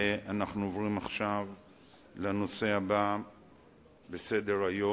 אנו עוברים לנושא הבא על סדר-היום.